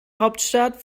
hauptstadt